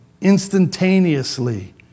instantaneously